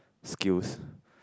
skills